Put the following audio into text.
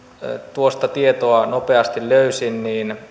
tuosta tietoa nopeasti löysin niin